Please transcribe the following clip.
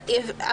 מונית?